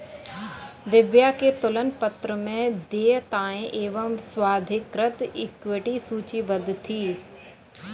दिव्या के तुलन पत्र में देयताएं एवं स्वाधिकृत इक्विटी सूचीबद्ध थी